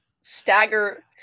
stagger